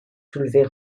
soulevés